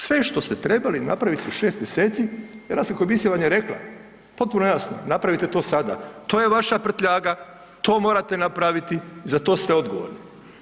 Sve što ste trebali napraviti u 6 mjeseci, Europska komisija vam je rekla potpuno jasno, napravite to sada, to je vaša prtljaga, to morate napraviti i za to ste odgovorni.